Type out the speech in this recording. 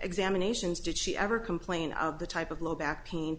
examinations did she ever complain of the type of low back pain